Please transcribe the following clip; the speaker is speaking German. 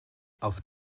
auf